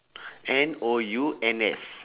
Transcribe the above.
N O U N S